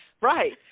Right